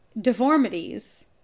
Deformities